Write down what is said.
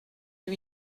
lui